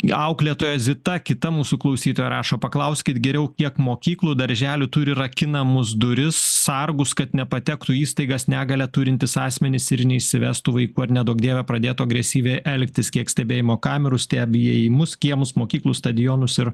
auklėtoja zita kita mūsų klausytoja rašo paklauskit geriau kiek mokyklų darželių turi rakinamus duris sargus kad nepatektų į įstaigas negalią turintys asmenys ir neišsivestų vaikų ar neduok dieve pradėtų agresyviai elgtis kiek stebėjimo kamerų stebi įėjimus kiemus mokyklų stadionus ir